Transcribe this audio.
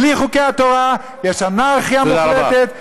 בלי חוקי התורה יש אנרכיה מוחלטת, תודה רבה.